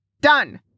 Done